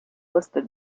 listed